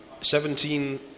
Seventeen